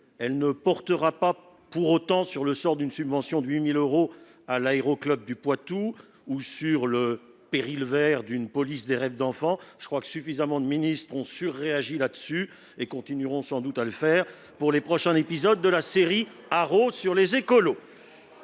elle ne portera pas sur le sort d'une subvention de 8 000 euros allouée à l'aéroclub du Poitou ou sur le « péril vert » d'une police des rêves d'enfants. Suffisamment de ministres ont surréagi là-dessus, et continueront sans doute à le faire lors des prochains épisodes de la série « Haro sur les écolos